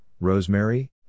rosemary